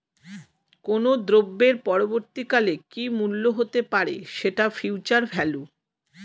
কোনো দ্রব্যের পরবর্তী কালে কি মূল্য হতে পারে, সেটা ফিউচার ভ্যালু